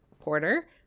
porter